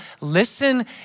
listen